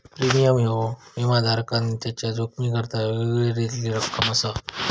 premium ह्यो विमाधारकान त्याच्या जोखमीकरता वेळोवेळी दिलेली रक्कम असा